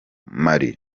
mali